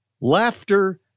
Laughter